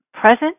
present